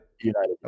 United